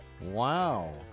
Wow